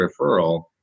referral